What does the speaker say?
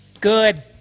good